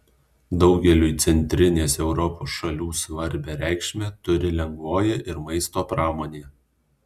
daugeliui centrinės europos šalių svarbią reikšmę turi lengvoji ir maisto pramonė